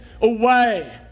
away